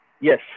Yes